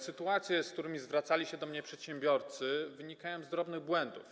Sytuacje, z którymi zwracali się do mnie przedsiębiorcy, wynikają z drobnych błędów.